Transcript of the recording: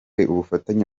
ubufatanye